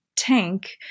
Tank